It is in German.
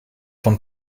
von